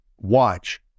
watch